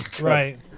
right